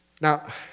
Now